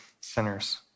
sinners